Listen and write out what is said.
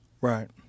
right